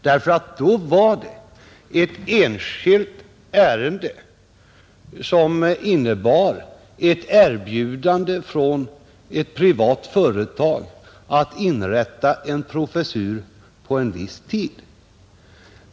Då var det ett enskilt ärende, som innebar ett erbjudande från ett privat företag att inrätta en professur på en viss tid.